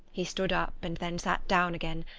he stood up and then sat down again,